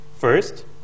First